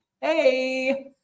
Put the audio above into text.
Hey